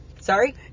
Sorry